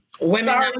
Women